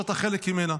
שאתה חלק ממנה,